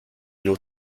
nur